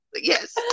Yes